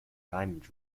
diamond